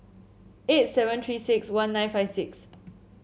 eight seven Three six one nine five six